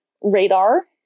radar